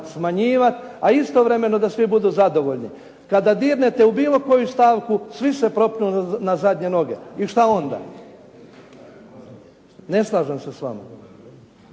smanjivati, a istovremeno svi mogu biti zadovoljni. Kada dirnete u bilo koju stavku svi se propnu na zadnje noge. I što onda? Ne slažem se s vam.